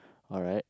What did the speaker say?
alright